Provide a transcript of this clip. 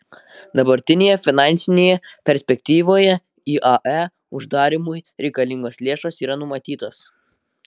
dabartinėje finansinėje perspektyvoje iae uždarymui reikalingos lėšos yra numatytos